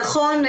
נכון,